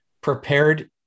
prepared